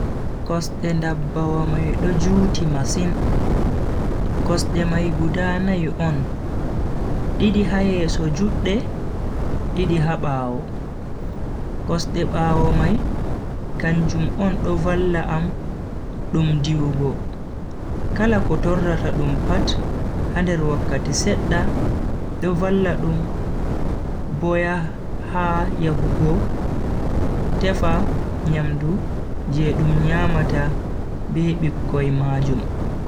kosde ndabbawa mai do juuti masin, kosde mai guda nai on didi ha yeso judde didi ha bawo. kosde bawo mai kanjum on do valla am dum diwugo kala ko torrata dum pat ha nder wakkati sedda do valla dum bo ha yahugo tefa nyamdu je dum nyamata be bikkoi majum.